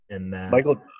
Michael